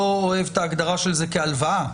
אוהב את ההגדרה של זה כהלוואה,